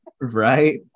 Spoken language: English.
Right